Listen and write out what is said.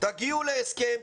תגיעו להסכם,